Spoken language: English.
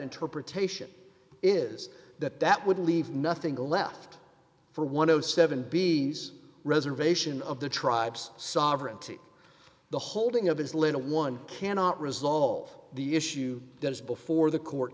interpretation is that that would leave nothing left for one of seven b reservation of the tribes sovereignty the holding of his little one cannot resolve the issue that is before the court